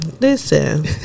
listen